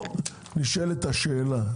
פה נשאלת השאלה,